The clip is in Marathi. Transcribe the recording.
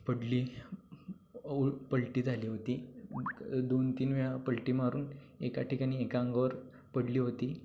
पडली उ पलटी झाली होती दोन तीन वेळा पलटी मारून एका ठिकाणी एका अंगावर पडली होती